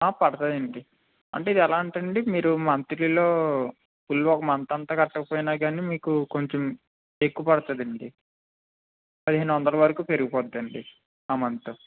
పడతాయి అండి అంటే ఇది ఎలా అంటే అండి ఇది మీరు మంత్లీలో ఫుల్ ఒక మంత్ అంతా కట్టకపోయినా కానీ మీకు కొంచెం ఎక్కువ పడుతుంది అండి పదిహేను వందల వరకు పెరిగిపోతుంది అండి ఆ మంత్